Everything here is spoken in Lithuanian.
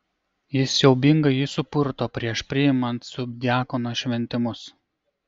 jis siaubingai jį supurto prieš priimant subdiakono šventimus